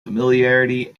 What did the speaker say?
familiarity